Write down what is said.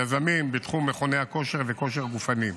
יזמים בתחום מכוני הכושר וכושר גופני.